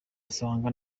asanga